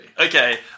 Okay